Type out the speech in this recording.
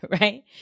right